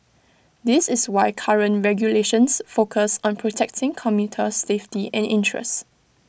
this is why current regulations focus on protecting commuter safety and interests